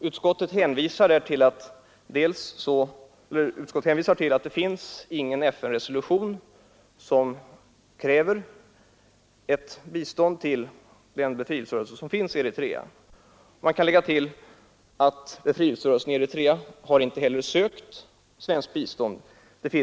Utskottet hänvisar till att det inte föreligger någon FN-resolution, som påyrkar bistånd till den befrielserörelse som finns i Eritrea. Man kan tillägga att befrielserörelsen i Eritrea inte heller ansökt om svenskt bistånd.